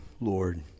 Lord